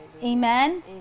amen